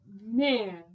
man